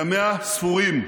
ימיה ספורים.